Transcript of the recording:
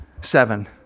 seven